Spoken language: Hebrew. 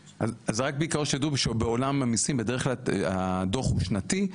בעיקרון שתדעו בעולם המיסים בדרך כלל הדו"ח הוא שנתי,